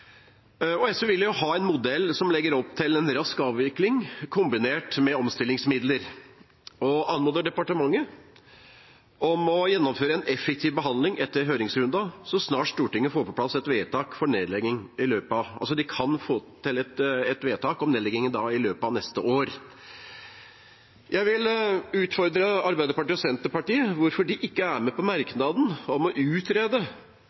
næringsvirksomhet. SV vil ha en modell som legger opp til en rask avvikling, kombinert med omstillingsmidler, og vi anmoder departementet om å gjennomføre en effektiv behandling etter høringsrunden så snart Stortinget får på plass et vedtak om nedlegging – og det vedtaket kan de få til i løpet av neste år. Jeg vil utfordre Arbeiderpartiet og Senterpartiet på hvorfor de ikke er med på merknaden om å utrede